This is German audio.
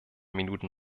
minuten